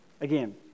Again